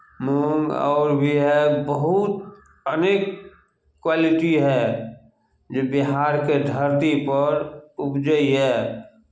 मूंग आओर भी हए बहुत अनेक क्वालिटी हए जे बिहारके धरतीपर उपजैए